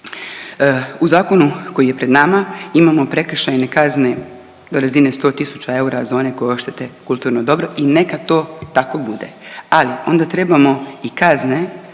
U zakonu koji je pred nama imamo prekršajne kazne do razine 100 tisuća eura za one koji oštete kulturno dobro i neka to tako bude, ali onda trebamo i kazne